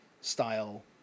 style